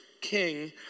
king